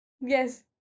yes